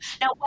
now